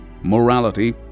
morality